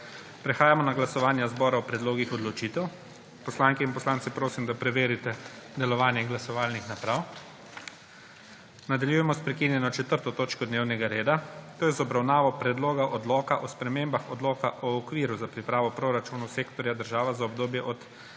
Prehajamo na glasovanje zbora o predlogih odločitev. Poslanke in poslance prosim, da preverite delovanje glasovalnih naprav. **Nadaljujemo s prekinjeno 4. točko dnevnega reda, to je z obravnavo Predloga odloka o spremembah Odloka o okviru za pripravo proračunov sektorja država za obdobje od 2022